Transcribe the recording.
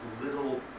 little